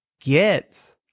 get